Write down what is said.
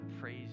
praise